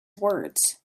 words